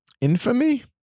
infamy